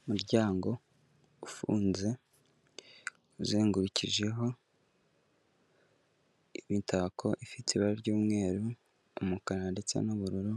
Umuryango ufunze uzengurukijeho imitako ifite ibara ry'umweru, umukara ndetse n'ubururu,